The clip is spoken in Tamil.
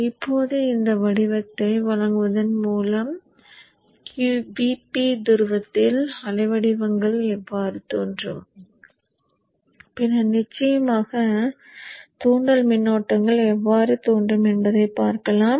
இப்போது இந்த வடிவத்தை வழங்குவதன் மூலம் Vp துருவத்தில் அலைவடிவங்கள் எவ்வாறு தோன்றும் பின்னர் நிச்சயமாக தூண்டல் மின்னோட்டங்கள் எவ்வாறு தோன்றும் என்பதைப் பார்க்கலாம்